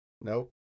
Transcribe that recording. Nope